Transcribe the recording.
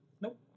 Nope